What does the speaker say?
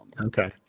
Okay